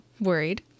worried